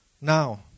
Now